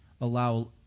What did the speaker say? allow